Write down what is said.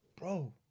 bro